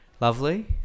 Lovely